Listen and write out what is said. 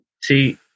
See